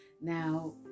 now